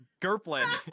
gerplin